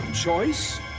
Choice